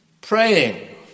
praying